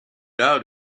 out